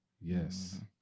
Yes